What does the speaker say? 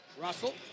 Russell